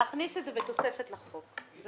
להכניס את זה בתוספת לחוק.